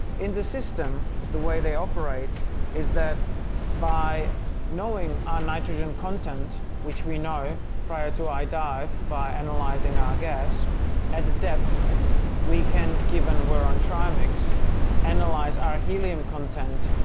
in the system the way they operate is that by knowing our nitrogen content which we know prior to i dive by analyzing our gas at the depth we can given we're on trimix analyze our helium content,